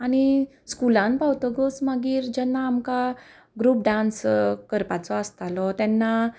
आनी स्कुलान पावतकूच मागीर जेन्ना आमकां ग्रूप डान्स करपाचो आसतालो तेन्ना